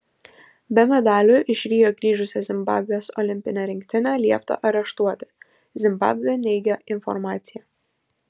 be medalių iš rio grįžusią zimbabvės olimpinę rinktinę liepta areštuoti zimbabvė neigia informaciją